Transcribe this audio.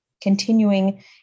continuing